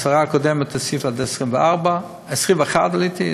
והשרה הקודמת הוסיפה עוד 24. 21 ראיתי,